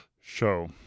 show